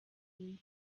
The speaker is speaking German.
ihm